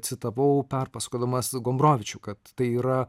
citavau perpasakodamas gombrowiczių kad tai yra